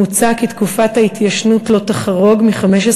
מוצע כי תקופת ההתיישנות לא תחרוג מ-15